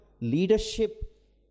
leadership